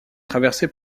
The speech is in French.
traversée